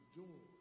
door